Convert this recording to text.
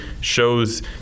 shows